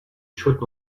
should